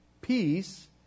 peace